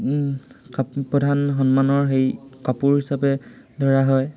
প্ৰধান সন্মানৰ সেই কাপোৰ হিচাপে ধৰা হয়